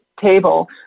table